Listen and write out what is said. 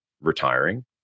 retiring